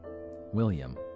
William